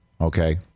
Okay